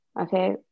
okay